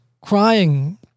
crying